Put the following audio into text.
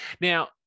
Now